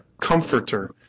comforter